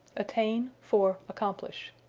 attain for accomplish.